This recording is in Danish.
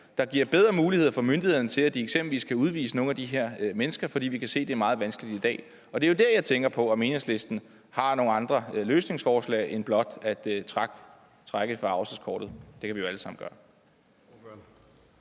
der giver bedre muligheder for myndighederne til eksempelvis at kunne udvise nogle af de her mennesker, fordi vi kan se, at det i dag er meget vanskeligt. Og det er der, jeg tænker på om Enhedslisten har nogle andre løsningsforslag end blot at trække forargelseskortet. Det kan vi jo alle sammen gøre.